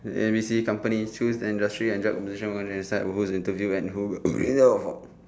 A B C company choose industry and job position one and side over who interview and who will